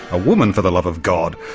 a woman for the love of god,